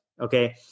okay